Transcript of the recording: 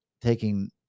taking